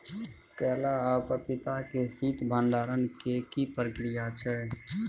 केला आ पपीता के शीत भंडारण के की प्रक्रिया छै?